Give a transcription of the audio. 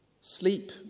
Sleep